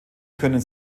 können